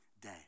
day